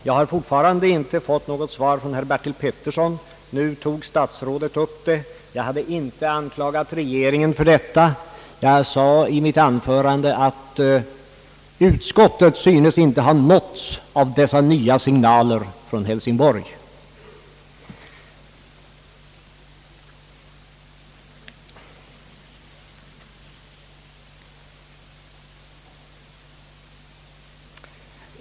Jag har fortfarande inte fått något svar på den fråga jag ställde till herr Bertil Petersson. Nu tog statsrådet upp ämnet. Jag hade inte anklagat regeringen. Jag sade i mitt anförande bara, att utskottet inte syntes ha nåtts av dessa nya signaler från Hälsingborg.